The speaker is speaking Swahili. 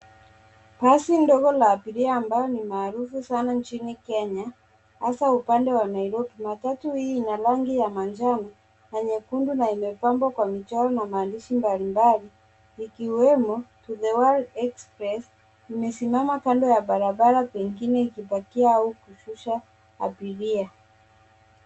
Basi ndogo la abiria ambalo ni maarufu sana nchini Kenya hasa upande wa Nairobi. Matatu hii ina rangi ya manjano na nyekundu na imepabwa kwa michoro na maandishi mbali mbali ikiwemo to the world express. Limesimama kando ya barabara pengine ikipakia au kushusha abiria.